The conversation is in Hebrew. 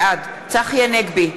בעד צחי הנגבי,